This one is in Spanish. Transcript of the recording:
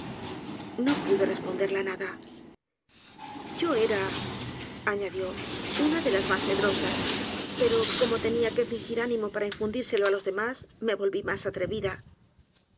no pude responderla nada yo era añadió una de las mas medrosas pero como tenia que fingir ánimo para infundírselo á los demás me volví mas atrevida